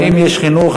אם יש הצעה לחינוך,